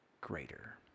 greater